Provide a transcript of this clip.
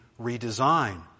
redesign